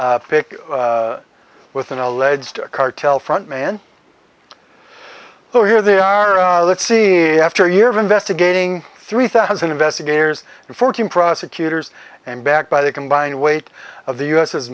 pic with an alleged cartel front man so here they are let's see after year of investigating three thousand investigators and fourteen prosecutors and backed by the combined weight of the